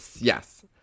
yes